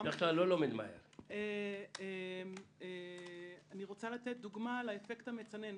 אני רוצה לתת דוגמה לאפקט המצנן.